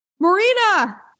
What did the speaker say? Marina